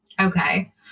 Okay